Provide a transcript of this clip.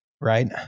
right